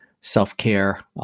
Self-care